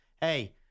Hey